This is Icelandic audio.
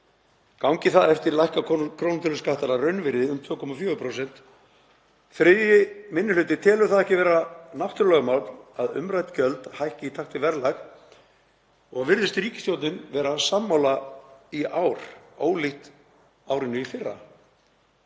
Gangi það eftir lækka krónutöluskattar að raunvirði um 2,4%. 3. minni hluti telur það ekki vera náttúrulögmál að umrædd gjöld hækki í takt við verðlag og virðist ríkisstjórnin vera sammála í ár, ólíkt árinu í fyrra.